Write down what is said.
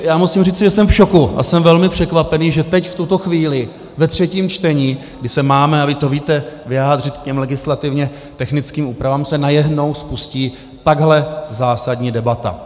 Já musím říci, že jsem v šoku a jsem velmi překvapený, že teď, v tuto chvíli, ve třetím čtení, kdy se máme a vy to víte vyjádřit k legislativně technickým úpravám, se najednou spustí takhle zásadní debata.